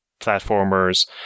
platformers